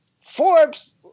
Forbes